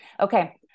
Okay